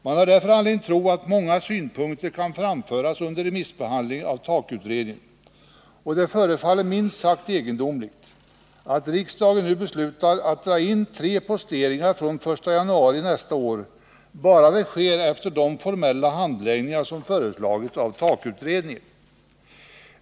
Man har därför anledning tro att många synpunkter kan framföras under remissbehandlingen av TAK-utredningen, och det förefaller minst sagt egendomligt att riksdagen nu skulle besluta att dra in tre posteringar från den 1 januari nästa år bara det sker efter de formella handläggningar som föreslagits av TAK-utredningen.